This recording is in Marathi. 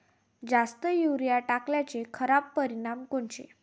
जास्त युरीया टाकल्याचे खराब परिनाम कोनचे?